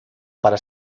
para